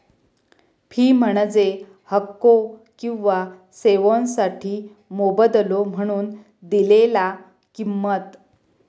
fee म्हणजे हक्को किंवा सेवोंसाठी मोबदलो म्हणून दिलेला किंमत